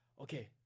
Okay